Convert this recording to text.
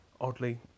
Oddly